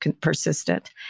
persistent